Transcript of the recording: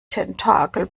tentakel